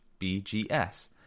BGS